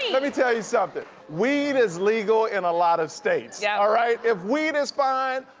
let me tell you something, weed is legal in a lot of states, yeah all right. if weed is fine,